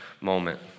Moment